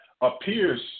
appears